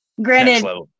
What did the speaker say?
Granted